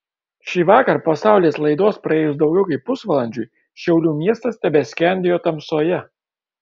šįvakar po saulės laidos praėjus daugiau kaip pusvalandžiui šiaulių miestas tebeskendėjo tamsoje